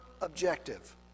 objective